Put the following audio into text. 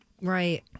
Right